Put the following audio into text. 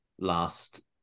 last